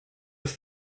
have